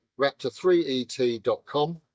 raptor3et.com